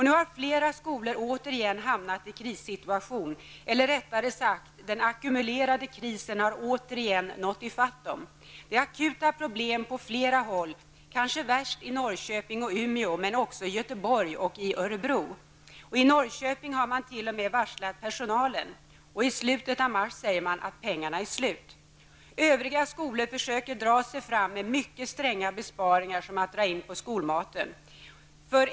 Nu har flera skolor återigen hamnat i en krissituation, eller rättare sagt: Den ackumulerade krisen har återigen nått i fatt dem. Det är på flera håll fråga om akuta problem. Problemen är kanske värst i Norrköping och Umeå, men de finns också i Göteborg och Örebro. I Norrköping har man t.o.m. varslat personalen. I slutet av mars är pengarna slut. Övriga skolor försöker dra sig fram med mycket stränga besparingar, såsom att dra in på skolmaten.